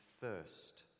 thirst